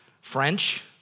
French